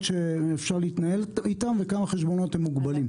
שאפשר להתנהל איתם וכמה חשבונות הם מוגבלים.